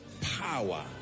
power